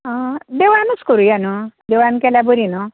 देवळानूच करया न्हय देवळान केल्या बरी न्हय